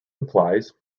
implies